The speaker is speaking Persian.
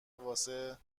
واسه